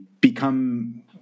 become